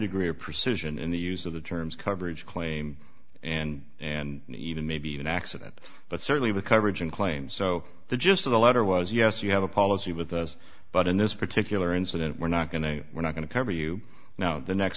degree of precision in the use of the terms coverage claim and and even maybe an accident but certainly the coverage in claims so the gist of the letter was yes you have a policy with us but in this particular incident we're not going to we're not going to cover you now the next